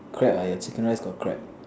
crab ah your chicken rice got crab